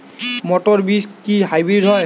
মটর বীজ কি হাইব্রিড হয়?